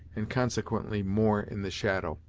and consequently more in the shadow.